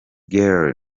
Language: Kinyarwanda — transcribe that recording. guelda